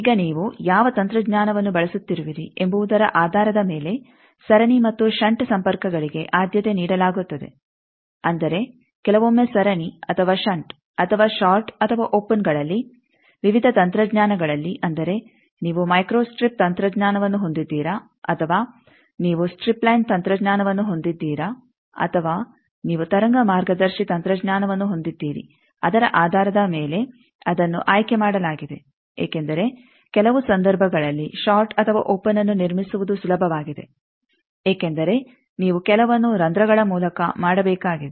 ಈಗ ನೀವು ಯಾವ ತಂತ್ರಜ್ಞಾನವನ್ನು ಬಳಸುತ್ತಿರುವಿರಿ ಎಂಬುವುದರ ಆಧಾರದ ಮೇಲೆ ಸರಣಿ ಮತ್ತು ಷಂಟ್ ಸಂಪರ್ಕಗಳಿಗೆ ಆದ್ಯತೆ ನೀಡಲಾಗುತ್ತದೆ ಅಂದರೆ ಕೆಲವೊಮ್ಮೆ ಸರಣಿ ಅಥವಾ ಷಂಟ್ ಅಥವಾ ಷಾರ್ಟ್ ಅಥವಾ ಓಪೆನ್ಗಳಲ್ಲಿ ವಿವಿಧ ತಂತ್ರಜ್ಞಾನಗಳಲ್ಲಿ ಅಂದರೆ ನೀವು ಮೈಕ್ರೋ ಸ್ಟ್ರಿಪ್ ತಂತ್ರಜ್ಞಾನವನ್ನು ಹೊಂದಿದ್ದೀರಾ ಅಥವಾ ನೀವು ಸ್ಟ್ರಿಪ್ ಲೈನ್ ತಂತ್ರಜ್ಞಾನವನ್ನು ಹೊಂದಿದ್ದೀರಾ ಅಥವಾ ನೀವು ತರಂಗ ಮಾರ್ಗದರ್ಶಿ ತಂತ್ರಜ್ಞಾನವನ್ನು ಹೊಂದಿದ್ದೀರಿ ಅದರ ಆಧಾರದ ಮೇಲೆ ಅದನ್ನು ಆಯ್ಕೆ ಮಾಡಲಾಗಿದೆ ಏಕೆಂದರೆ ಕೆಲವು ಸಂದರ್ಭಗಳಲ್ಲಿ ಷಾರ್ಟ್ ಅಥವಾ ಓಪೆನ್ಅನ್ನು ನಿರ್ಮಿಸುವುದು ಸುಲಭವಾಗಿದೆ ಏಕೆಂದರೆ ನೀವು ಕೆಲವನ್ನು ರಂಧ್ರಗಳ ಮೂಲಕ ಮಾಡಬೇಕಾಗಿದೆ